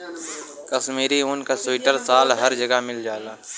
कशमीरी ऊन क सीवटर साल हर जगह मिल जाला